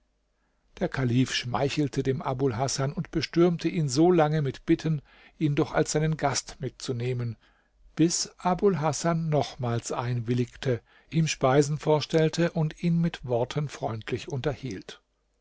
der kalif schmeichelte dem abul hasan und bestürmte ihn so lange mit bitten ihn doch als seinen gast mitzunehmen bis abul hasan nochmals einwilligte ihm speisen vorstellte und ihn mit worten freundlich unterhielt